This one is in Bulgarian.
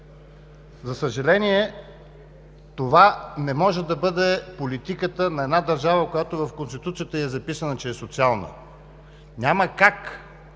За съжаление, това не може да бъде политиката на една държава, на която в Конституцията ѝ е записано, че е социална. Няма как